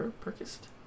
Purchased